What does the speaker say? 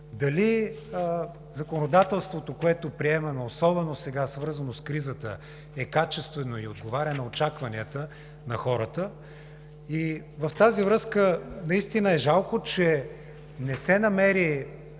дали законодателството, което приемаме, особено сега, свързано с кризата, е качествено и отговаря на очакванията на хората. В тази връзка е жалко, че не се намери